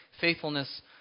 faithfulness